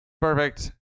Perfect